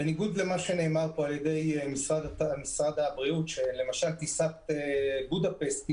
בניגוד למה שנאמר פה על ידי משרד הבריאות שלמשל טיסת בודפשט אושרה,